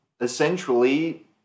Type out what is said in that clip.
essentially